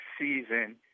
season